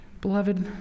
Beloved